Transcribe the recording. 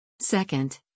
Second